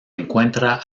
encuentra